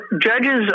judges